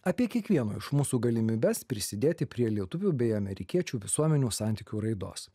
apie kiekvieno iš mūsų galimybes prisidėti prie lietuvių bei amerikiečių visuomenių santykių raidos